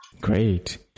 Great